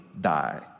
die